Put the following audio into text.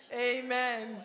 Amen